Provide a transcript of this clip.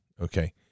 Okay